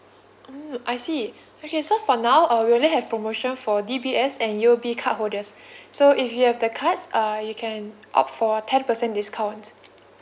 mm I see okay so for now uh we only have promotion for D_B_S and U_O_B card holders so if you have the cards uh you can up for ten percent discount